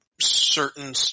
certain